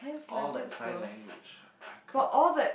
all that sign language I could